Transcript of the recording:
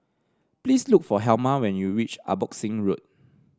please look for Helma when you reach Abbotsingh Road